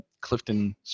Clifton